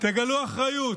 תגלו אחריות,